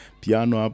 piano